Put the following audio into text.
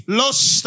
lost